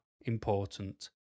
important